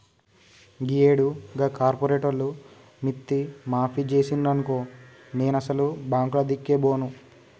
గీయేడు గా కార్పోరేటోళ్లు మిత్తి మాఫి జేసిండ్రనుకో నేనసలు బాంకులదిక్కే బోను